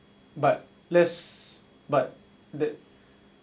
but let's but that